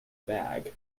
bag